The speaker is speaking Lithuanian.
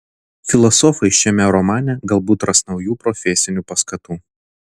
filosofai šiame romane galbūt ras naujų profesinių paskatų